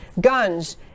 Guns